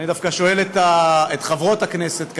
אני דווקא שואל את חברות הכנסת,